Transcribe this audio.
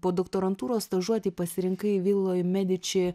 podoktorantūros stažuotei pasirinkai viloje mediči